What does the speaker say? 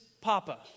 papa